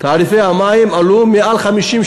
תעריפי המים עלו ביותר מ-50%,